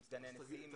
עם סגני הנשיאים.